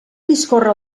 discórrer